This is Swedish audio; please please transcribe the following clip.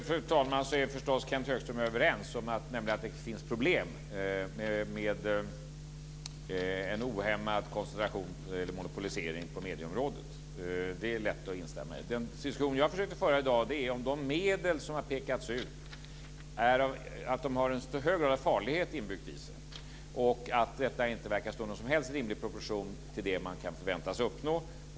Fru talman! På några punkter är förstås Kenth Högström och jag överens. Det är lätt att instämma i att det finns problem med en ohämmad koncentration eller monopolisering på medieområdet. Den diskussion som jag i dag har försökt föra gäller att de medel som har pekats ut har en hög grad av inbyggd farlighet och att de inte verkar stå i någon som helst rimlig proportion till det som man kan förväntas uppnå.